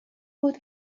بود